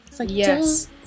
Yes